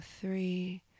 three